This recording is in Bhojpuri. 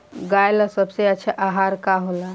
गाय ला सबसे अच्छा आहार का होला?